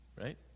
right